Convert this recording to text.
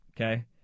okay